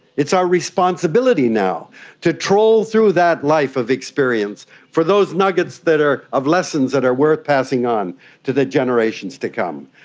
it's our responsibility now to trawl through that life of experience for those nuggets that are lessons that are worth passing on to the generations to come.